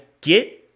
get